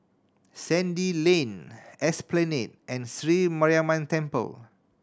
Sandy Lane Esplanade and Sri Mariamman Temple